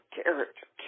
character